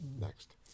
Next